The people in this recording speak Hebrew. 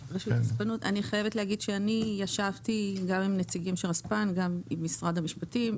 אני חייבת להגיד שאני ישבתי גם עם נציגים של רספ"ן גם עם משרד המשפטים,